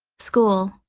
school